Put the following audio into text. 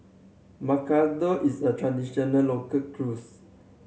macarons is a traditional local cuisine